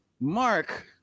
Mark